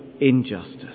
injustice